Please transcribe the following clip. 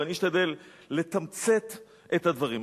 ואני אשתדל לתמצת את הדברים.